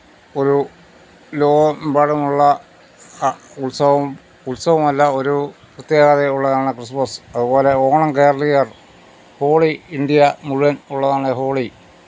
ഒരു ലോകമെമ്പാടുമുള്ള ആ ഉത്സവം ഉത്സവമല്ല ഒരു പ്രത്യേകതയുള്ളതാണ് ക്രിസ്മസ് അതുപോലെ ഓണം കേരളീയര് ഹോളി ഇന്ത്യ മുഴുവന് ഉള്ളതാണ് ഹോളി